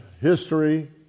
history